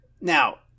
Now